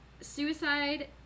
suicide